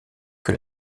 que